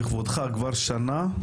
כבודך כבר שנה?